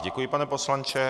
Děkuji, pane poslanče.